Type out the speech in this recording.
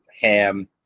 ham